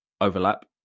overlap